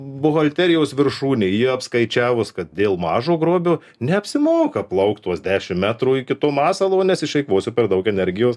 buhalterijos viršūnėj jie apskaičiavus kad dėl mažo grobio neapsimoka plaukt tuos dešimt metrų iki tų masalo nes išeikvosiu per daug energijos